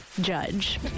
Judge